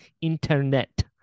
Internet